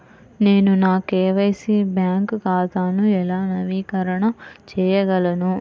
నేను నా KYC bank ఖాతాను ఎలా నవీకరణ చేయగలను?